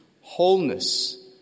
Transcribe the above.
wholeness